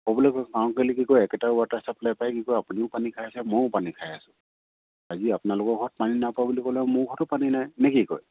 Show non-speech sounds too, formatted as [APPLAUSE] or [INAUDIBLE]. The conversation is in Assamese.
ক'বলৈ [UNINTELLIGIBLE] কাৰণ কেলে কি কয় একেটা ৱাটাৰ চাপ্লাই পায় কি কয় আপুনিও পানী খাই আছে ময়ো পানী খাই আছোঁ আজি আপোনালোকৰ ঘৰত পানী নাপাওঁ বুলি ক'লে মোৰ ঘৰতো পানী নাই নে কি কয়